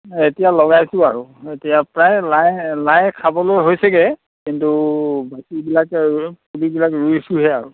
এতিয়া লগাইছোঁ আৰু এতিয়া প্ৰায় লাই লাই খাবলৈ হৈছেগৈ কিন্তু বাকীবিলাক পুলিবিলাক ৰুই আছোঁহে আৰু